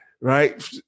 right